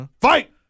Fight